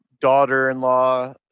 daughter-in-law